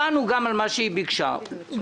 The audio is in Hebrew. אתם הוזמנתם גם בישיבות הקודמות ואתם תוזמנו גם לישיבות